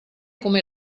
come